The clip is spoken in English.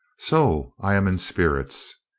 so i am in spirits.